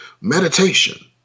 Meditation